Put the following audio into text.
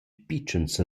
pitschens